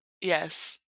Yes